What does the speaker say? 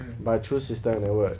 like true system that word